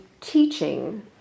teaching